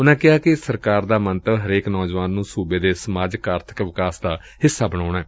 ਉਨੂਾ ਕਿਹਾ ਕਿ ਸਰਕਾਰ ਦਾ ਮੰਤਵ ਹਰੇਕ ਨੌਜਵਾਨ ਨੂੰ ਸੂਬੇ ਦੇ ਸਮਾਜਿਕ ਆਰਬਿਕ ਵਿਕਾਸ ਦਾ ਹਿੱਸਾ ਬਣਾਉਣਾ ਏ